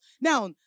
Now